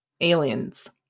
aliens